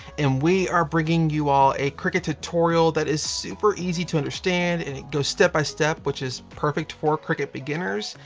and we are bringing you all a cricut tutorial that is super easy to understand, and it goes step by step which is perfect for cricut beginners.